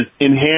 enhance